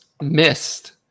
missed